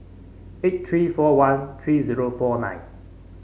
eight three four one three zero four nine